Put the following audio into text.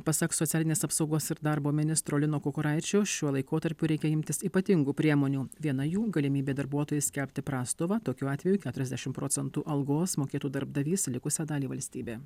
pasak socialinės apsaugos ir darbo ministro lino kukuraičio šiuo laikotarpiu reikia imtis ypatingų priemonių viena jų galimybė darbuotojui skelbti prastovą tokiu atveju keturiasdešim procentų algos mokėtų darbdavys likusią dalį valstybė